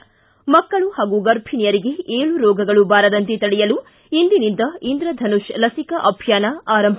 ್ತಿ ಮಕ್ಕಳು ಹಾಗೂ ಗರ್ಭಣಿಯರಿಗೆ ಏಳು ರೋಗಗಳು ಬಾರದಂತೆ ತಡೆಯಲು ಇಂದಿನಿಂದ ಇಂದ್ರಧನುಷ್ ಲಸಿಕೆ ಅಭಿಯಾನ ಆರಂಭ